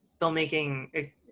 filmmaking